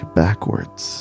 backwards